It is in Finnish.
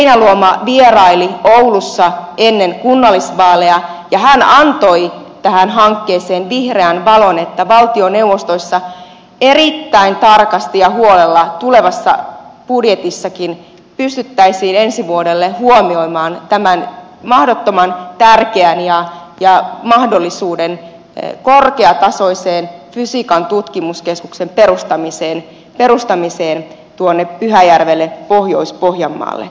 puhemies heinäluoma vieraili oulussa ennen kunnallisvaaleja ja hän näytti tälle hankkeelle vihreää valoa niin että valtioneuvostossa erittäin tarkasti ja huolella tulevassa budjetissakin pystyttäisiin ensi vuodelle huomioimaan tämä mahdollisuus mahdottoman tärkeän ja korkeatasoisen fysiikan tutkimuskeskuksen perustamiseen tuonne pyhäjärvelle pohjois pohjanmaalle